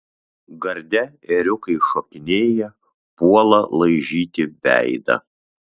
garde ėriukai šokinėja puola laižyti veidą